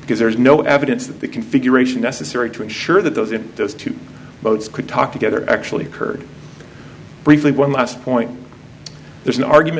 because there is no evidence that the configuration necessary to ensure that those in those two modes could talk together actually occurred briefly one last point there's an argument